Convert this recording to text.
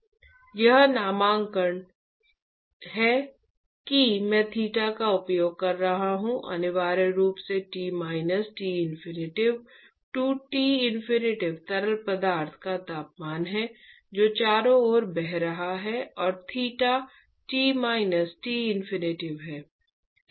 वह नामकरण है कि मैं थीटा का उपयोग कर रहा हूं अनिवार्य रूप से T minus T infinity to T infinity तरल पदार्थ का तापमान है जो चारों ओर बह रहा है और theta T minus T infinity है